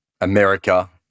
america